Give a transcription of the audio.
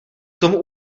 tomu